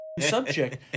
subject